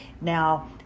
Now